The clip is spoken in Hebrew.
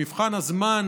במבחן הזמן,